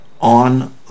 on